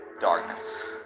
darkness